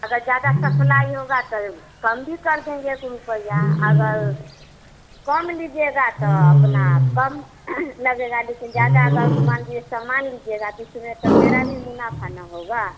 अगर ज़्यादा सप्लाई होगा तो कम भी कर देंगे एक रुपैया अगर कम लीजिएगा तो अपना कम लगेगा जेसे ज़्यादा अगर उस मान लीजिए सामान लीजिएगा तो उसीमें तो मेरा भी मुनाफ़ा न होगा